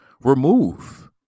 remove